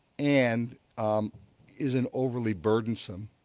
and isn't overly burdensome